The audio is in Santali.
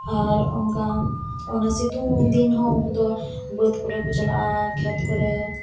ᱟᱨ ᱚᱱᱠᱟ ᱚᱱᱟ ᱥᱤᱛᱩᱝ ᱫᱤᱱ ᱦᱚᱸ ᱩᱱᱠᱩ ᱫᱚ ᱵᱟᱹᱫᱽ ᱠᱚᱨᱮ ᱠᱚ ᱪᱟᱞᱟᱜᱼᱟ ᱠᱷᱮᱛ ᱠᱚᱨᱮ